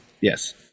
Yes